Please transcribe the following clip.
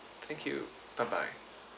thank you bye bye